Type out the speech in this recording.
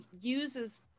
uses